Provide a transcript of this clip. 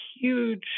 huge